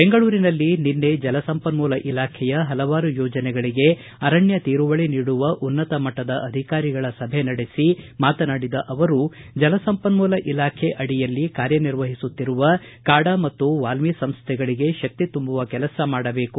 ಬೆಂಗಳೂರಿನಲ್ಲಿ ನಿನ್ನೆ ಜಲಸಂಪನ್ನೂಲ ಇಲಾಖೆಯ ಹಲವಾರು ಯೋಜನೆಗಳಿಗೆ ಅರಣ್ನ ತೀರುವಳಿ ನೀಡುವ ಉನ್ನತಮಟ್ಟದ ಅಧಿಕಾರಿಗಳ ಸಭೆ ನಡೆಸಿ ಮಾತನಾಡಿದ ಅವರು ಜಲಸಂಪನ್ನೂಲ ಇಲಾಖಾ ಅಡಿಯಲ್ಲಿ ಕಾರ್ಯನಿರ್ವಹಿಸುತ್ತಿರುವ ಕಾಡಾ ಮತ್ತು ವಾಲ್ನಿ ಸಂಸ್ವೆಗಳಿಗೆ ಶಕ್ತಿ ತುಂಬುವ ಕೆಲಸ ಮಾಡಬೇಕು